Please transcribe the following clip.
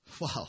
Wow